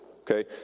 okay